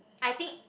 I think